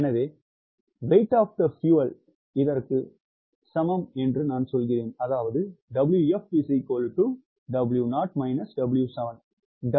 எனவே Wf இதற்கு சமம் என்று நான் சொல்கிறேன் W0 இல்லை கழித்தல் W7